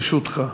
לרשותך.